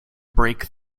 break